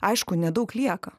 aišku nedaug lieka